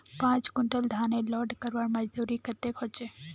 पाँच कुंटल धानेर लोड करवार मजदूरी कतेक होचए?